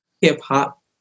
hip-hop